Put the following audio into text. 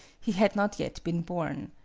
he had not yet been born.